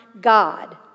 God